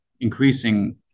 increasing